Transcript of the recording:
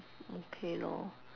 okay lor